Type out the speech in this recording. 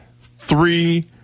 Three